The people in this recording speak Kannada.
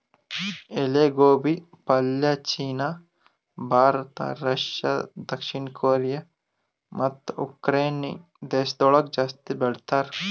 ಎಲಿ ಗೋಬಿ ಪಲ್ಯ ಚೀನಾ, ಭಾರತ, ರಷ್ಯಾ, ದಕ್ಷಿಣ ಕೊರಿಯಾ ಮತ್ತ ಉಕರೈನೆ ದೇಶಗೊಳ್ದಾಗ್ ಜಾಸ್ತಿ ಬೆಳಿತಾರ್